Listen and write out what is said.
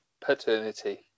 paternity